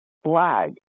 flag